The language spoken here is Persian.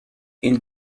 این